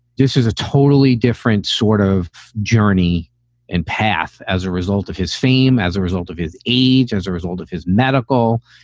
this is a totally different sort of journey and path as a result of his fame, as a result of his age, as a result of his medical.